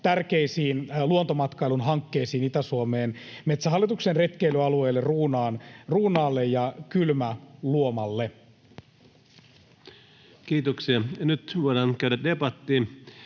tärkeisiin luontomatkailun hankkeisiin Itä-Suomeen Metsähallituksen retkeilyalueille Ruunaalle ja Kylmäluomalle. Kiitoksia. — Ja nyt voidaan käydä debattia